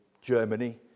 Germany